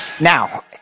Now